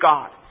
God